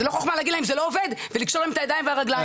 זה לא חוכמה להגיד להם שזה לא עובד ולקשור להם את הידיים ואת הרגליים,